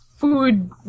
Food